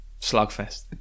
slugfest